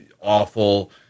awful